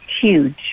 huge